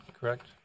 correct